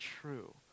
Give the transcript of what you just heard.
true